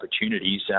opportunities